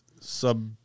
sub